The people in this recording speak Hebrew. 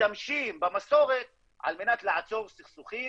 משתמשים במסורת על מנת לעצור סכסוכים